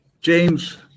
James